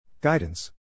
Guidance